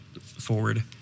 forward